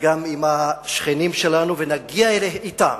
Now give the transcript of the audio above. עם השכנים שלנו ונגיע אתם